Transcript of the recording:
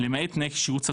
למעט תנאי שירות סטטוטוריים,